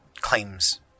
claims